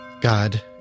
God